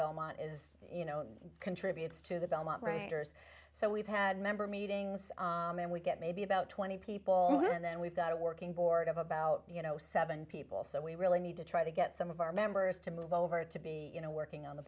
belmont is you know contributes to the belmont registers so we've had member meetings and we get maybe about twenty people going and then we've got a working board of about you know seven people so we really need to try to get some of our members to move over to be you know working on the